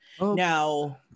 Now